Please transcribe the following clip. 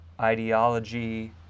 ideology